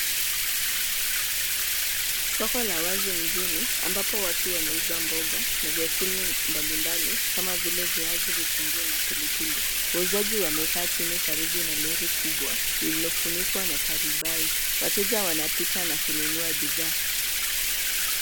Soko la wazi mjini, ambapo wanauza mboga na vyakula mbalimbali, kama vile viazi, vitunguu na pilipili, wauzaji wamekaa chini karibu na lori kubwa, lililofunikwa na tarubai, wateja wanapita na kununua bidhaa.